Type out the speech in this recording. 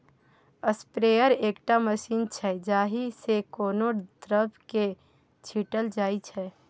sprayer एकटा machine छै जाहि सँ कोनो द्रब केँ छीटल जाइ छै